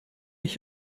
ich